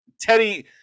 Teddy